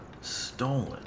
Stolen